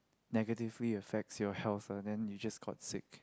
negatively affects your health lah then you just got sick